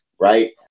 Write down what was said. right